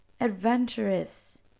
adventurous